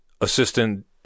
assistant